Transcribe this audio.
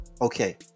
Okay